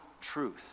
truth